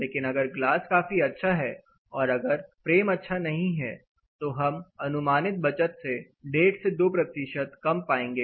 लेकिन अगर ग्लास काफी अच्छा है और अगर फ्रेम अच्छा नहीं है तो हम अनुमानित बचत से 15 से 2 कम पाएंगे